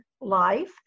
life